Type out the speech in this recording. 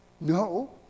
No